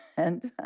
and.